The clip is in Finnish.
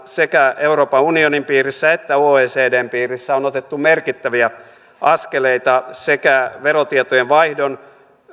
sekä euroopan unionin piirissä että oecdn piirissä on otettu merkittäviä askeleita sekä verotietojen vaihdon